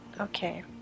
Okay